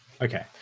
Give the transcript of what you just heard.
Okay